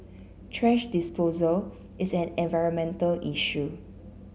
thrash disposal is an environmental issue